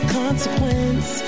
consequence